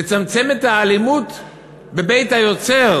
נצמצם את האלימות בבית-היוצר,